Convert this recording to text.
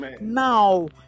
now